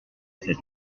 cet